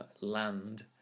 land